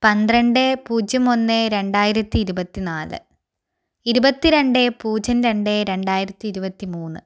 പന്ത്രണ്ട് പൂജ്യം ഒന്ന് രണ്ടായിരത്തി ഇരുപത്തിനാല് ഇരുപതി രണ്ട് പൂജ്യം രണ്ട് രണ്ടായിരത്തി ഇരുപത്തി മൂന്ന്